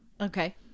Okay